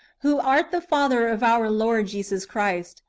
who art the father of our lord jesus christ,